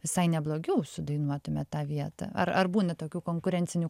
visai neblogiau sudainuotumėt tą vietą ar ar būna tokių konkurencinių